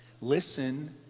Listen